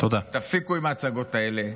תפסיקו עם ההצגות האלה.